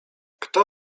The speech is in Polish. kto